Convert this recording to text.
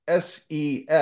SES